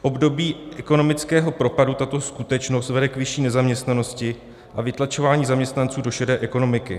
V období ekonomického propadu tato skutečnost vede k vyšší nezaměstnanosti a vytlačování zaměstnanců do šedé ekonomiky.